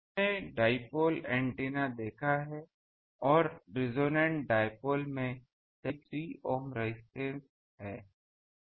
हमने dipole antenna देखा है और रेसोनेन्ट डाइपोल में 73 ohm रेजिस्टेंस है